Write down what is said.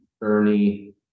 Ernie